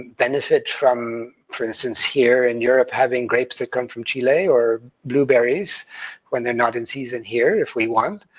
benefit from, for instance, here in europe, having grapes that come from chile, or blueberries when they're not in season here, if we want,